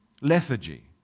Lethargy